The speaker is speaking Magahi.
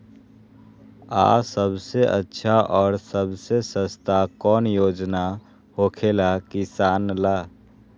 आ सबसे अच्छा और सबसे सस्ता कौन योजना होखेला किसान ला?